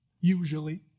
Usually